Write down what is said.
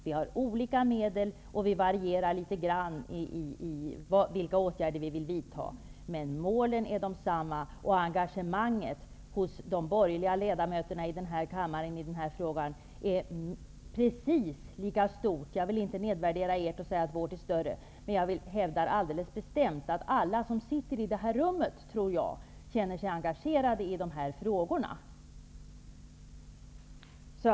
Vi har olika medel och det varierar litet grand när det gäller vilka åtgärder vi vill vidta, men målen är desamma och engagemanget hos de borgerliga ledamöterna här i kammaren är i den här frågan precis lika stort som ert -- jag vill inte nedvärdera ert engagemang och säga att vårt är större. Jag hävdar alldeles bestämt att jag tror att alla som sitter i det här rummet känner sig engagerade i de här frågorna.